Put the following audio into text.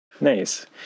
Nice